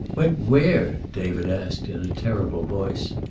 went where? david asked, in a terrible voice.